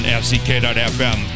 fck.fm